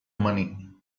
money